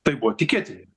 tai buvo tikėti